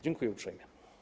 Dziękuję uprzejmie.